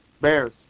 Bears